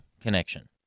connection